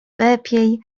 lepiej